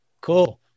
cool